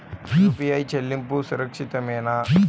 UPI చెల్లింపు సురక్షితమేనా?